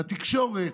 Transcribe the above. והתקשורת,